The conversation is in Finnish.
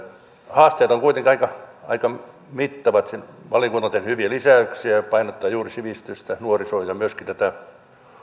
haasteet ovat kuitenkin aika aika mittavat ja valiokunta on tehnyt hyviä lisäyksiä ja painottaa juuri sivistystä nuorisoa ja myöskin tätä